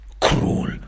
cruel